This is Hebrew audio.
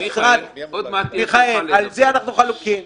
מיכאל, על זה אנחנו חלוקים.